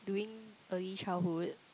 doing Early Childhood